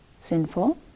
sinful